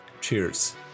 cheers